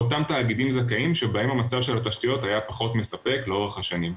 באותם תאגידים זכאים שבהם המצב של התשתיות היה פחות מספק לאורך השנים.